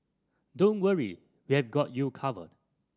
don't worry we've got you covered